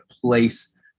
place